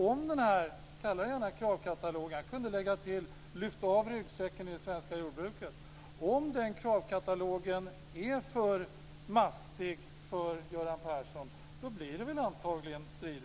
Om denna kravkatalog - kalla det gärna det; jag kunde lägga till att man ska lyfta ryggsäcken av det svenska jordbruket - är för mastig för Göran Persson blir det antagligen strid.